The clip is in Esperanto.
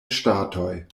ŝtatoj